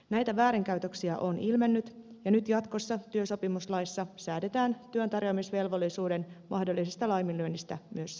näitä väärinkäytöksiä on ilmennyt ja nyt jatkossa työsopimuslaissa säädetään työntarjoamisvelvollisuuden mahdollisesta laiminlyönnistä myös sanktio